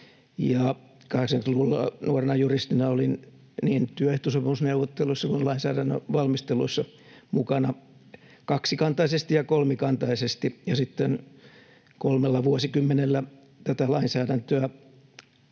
80-luvulla nuorena juristina olin niin työehtosopimusneuvotteluissa kuin lainsäädännön valmistelussa mukana kaksikantaisesti ja kolmikantaisesti, ja sitten kolmella vuosikymmenellä tätä lainsäädäntöä